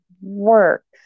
works